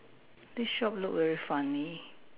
the shop look very funny